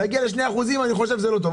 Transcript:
אני חושב שלהגיע ל-2% זה לא טוב,